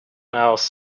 mouse